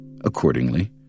Accordingly